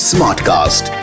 Smartcast